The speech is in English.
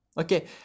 Okay